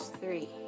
Three